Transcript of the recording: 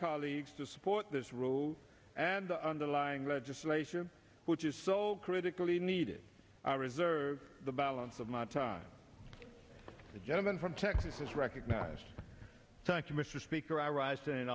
colleagues to support this rule and the underlying legislation which is so critically needed i reserve the balance of my time the gentleman from texas is recognized thank you mr speaker i rise in